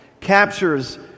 captures